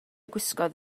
gwisgoedd